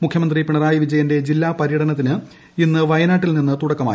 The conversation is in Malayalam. മുഖ്യമന്ത്രി പിണറായി വിജയന്റെ ജില്ലാ പരൃടനത്തിന് ഇന്ന് വയനാട്ടിൽ നിന്ന് തുടക്കമായി